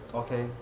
okay.